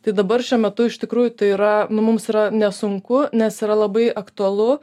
tai dabar šiuo metu iš tikrųjų tai yra nu mums yra nesunku nes yra labai aktualu